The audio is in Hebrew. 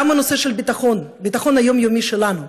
גם בנושא של ביטחון, הביטחון היומיומי שלנו,